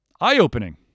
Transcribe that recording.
eye-opening